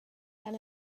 than